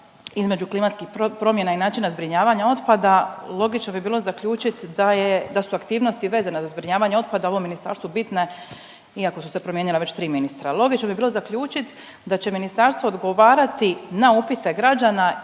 između klimatskih promjena i načina zbrinjavanja otpada, logično bi bilo zaključiti da je, da su aktivnosti vezane za zbrinjavanje otpada ovom ministarstvu bitne, iako su se promijenila već 3 ministra. Logično bi bilo zaključiti da će ministarstvo odgovarati na upite građana izabranih